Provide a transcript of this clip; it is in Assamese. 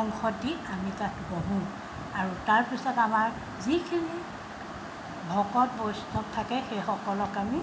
অংশ দি আমি তাত বহোঁ আৰু তাৰপিছত আমাৰ যিখিনি ভকত বৈষ্ণৱ থাকে সেইসকলক আমি